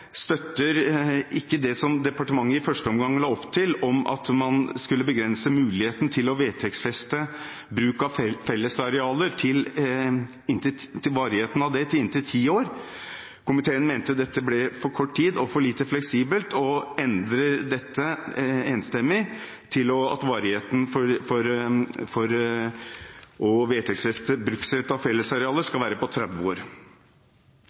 ikke støtter det som departementet i første omgang la opp til om at man skulle begrense muligheten til å vedtektsfeste varigheten av bruk av fellesarealer til inntil ti år. Komiteen mente dette ble for kort tid og for lite fleksibelt, og endret dette enstemmig til at varigheten for å vedtektsfeste bruksrett av fellesarealer skal være på 30 år.